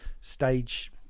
stage